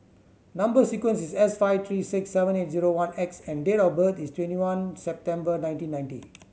number sequence is S five three six seven eight zero one X and date of birth is twenty one September nineteen ninety